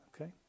Okay